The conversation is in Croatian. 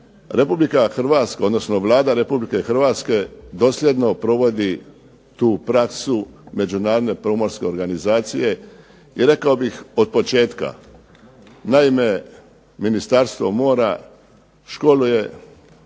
Vlada Republike Hrvatske dosljedno provodi tu praksu Međunarodne pomorske organizacije i rekao bih od početka. Naime, Ministarstvo mora školuje